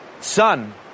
son